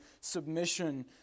submission